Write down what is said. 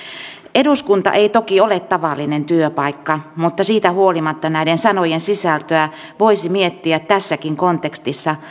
eduskunta ei toki ole tavallinen työpaikka mutta siitä huolimatta näiden sanojen sisältöä voisi miettiä tässäkin kontekstissa